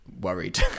worried